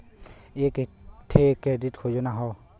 एक ठे क्रेडिट योजना हौ